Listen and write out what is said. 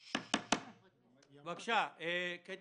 בבקשה, קטי.